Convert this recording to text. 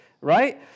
right